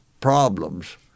problems